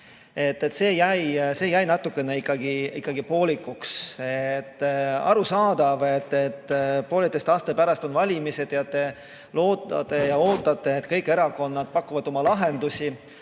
See jäi natukene poolikuks. Arusaadav, et pooleteise aasta pärast on valimised ja te loodate ja ootate, et kõik erakonnad pakuvad oma lahendusi.